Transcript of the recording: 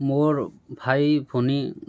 মোৰ ভাই ভনী